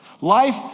Life